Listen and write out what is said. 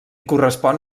correspon